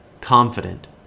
confident